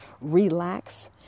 relax